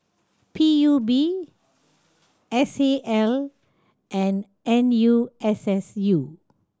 P U B S A L and N U S S U